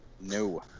No